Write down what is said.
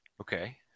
Okay